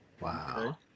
Wow